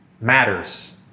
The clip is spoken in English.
matters